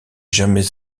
jamais